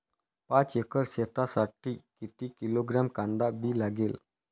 पाच एकर शेतासाठी किती किलोग्रॅम कांदा बी लागेल?